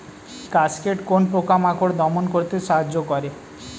Cascade কোন পোকা মাকড় দমন করতে সাহায্য করে?